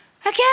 again